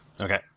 Okay